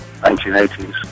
1980s